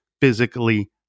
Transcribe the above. physically